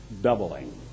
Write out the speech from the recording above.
doubling